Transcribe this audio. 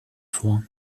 vor